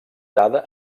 dada